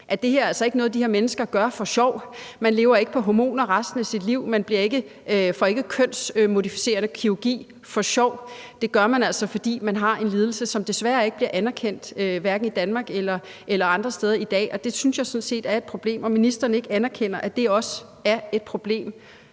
at det her altså er ikke er noget, de her mennesker gør for sjov. Man lever ikke på hormoner resten af sit liv, og man får ikke kønsmodificerende kirurgi for sjov. Det gør man altså, fordi man har en lidelse, som desværre ikke bliver anerkendt, hverken i Danmark eller andre steder, i dag. Det synes jeg sådan set er et problem. Anerkender ministeren ikke, at det er et problem,